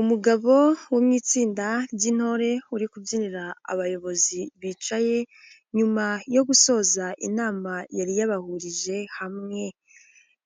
Umugabo wo mu itsinda ry'intore uri kubyinira abayobozi bicaye nyuma yo gusoza inama yari yabahurije hamwe,